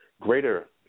greater